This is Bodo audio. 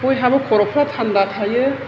बयहाबो खर'फ्रा थान्दा थायो